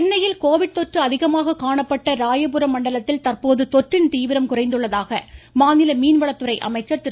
ஜெயகுமார் சென்னையில் கோவிட் தொற்று அதிகமாக காணப்பட்ட ராயபுரம் மண்டலத்தில் தற்போது தொற்றின் தீவிரம் குறைந்துள்ளதாக மாநில மீன்வளத்துறை அமைச்சர் திரு